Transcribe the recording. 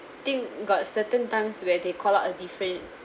think got certain times where they call out a different